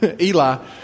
Eli